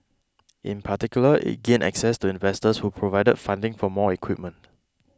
in particular it gained access to investors who provided funding for more equipment